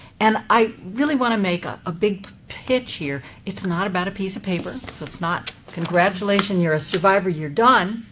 and i really want to make ah a big pitch here. it's not about a piece of paper, so it's not congratulation. you're a survivor. you're done.